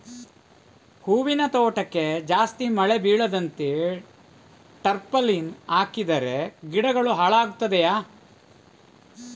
ಹೂವಿನ ತೋಟಕ್ಕೆ ಜಾಸ್ತಿ ಮಳೆ ಬೀಳದಂತೆ ಟಾರ್ಪಾಲಿನ್ ಹಾಕಿದರೆ ಗಿಡಗಳು ಹಾಳಾಗುತ್ತದೆಯಾ?